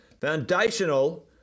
Foundational